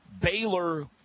Baylor